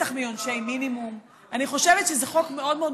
בטח מעונשי מינימום.